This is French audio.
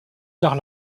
tard